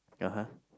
ya !huh!